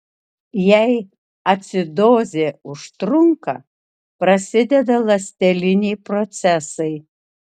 jei acidozė užtrunka prasideda ląsteliniai procesai